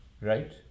right